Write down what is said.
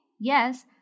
Yes